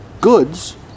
goods